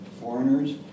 foreigners